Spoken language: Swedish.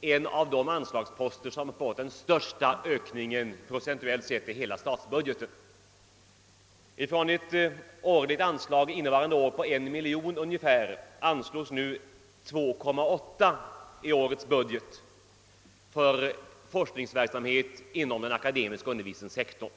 en av de anslagsposter som fått den största procentuella ökningen. Från ett årligt anslag under innevarande år på ungefär 1 miljon kronor föreslås nu en höjning till 2,8 miljoner kronor för nästa budgetår för Pedagogisk forskningsverksamhet inom den akademiska undervisningssektorn.